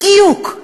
בדיוק,